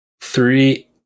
three